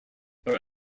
are